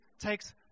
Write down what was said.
takes